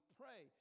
pray